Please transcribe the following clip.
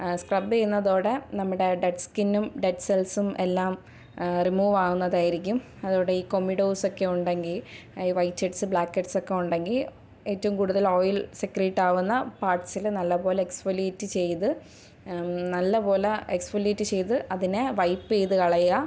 scrub ചെയ്യുന്നതോടെ നമ്മുടെ dead സ്കിന്നും ഡെഡ് സെൽസും എല്ലാം റിമൂവ് ആവുന്നതായിരിക്കും അതോടെ ഈ കോമിഡോസ് ഒക്കെ ഉണ്ടെങ്കിൽ ഈ വൈറ്റ് ഹെഡ്സ് ബ്ലാക്ക് ഹെഡ്സൊക്കെ ഉണ്ടെങ്കിൽ ഏറ്റവും കൂടുതൽ ഓയിൽ സെക്രീറ്റ് ആവുന്ന പാർട്സിൽ നല്ല പോലെ എക്സ്ഫോലിയേറ്റ് ചെയ്ത് നല്ലപോലെ എക്സ്ഫോലിയേറ്റ് ചെയ്ത് അതിനെ വൈപ്പ് ചെയ്തു കളയുക